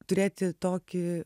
turėti tokį